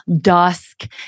dusk